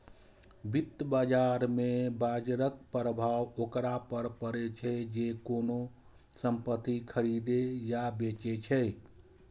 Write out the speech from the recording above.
वित्त बाजार मे बाजरक प्रभाव ओकरा पर पड़ै छै, जे कोनो संपत्ति खरीदै या बेचै छै